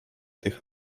tych